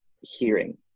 hearing